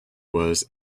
was